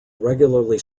regular